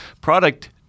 product